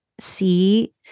see